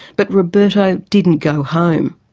but roberto didn't go home.